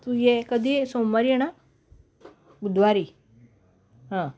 तू ये कधीही सोमवारी येणार बुधवारी हां